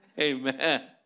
Amen